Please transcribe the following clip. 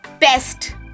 Best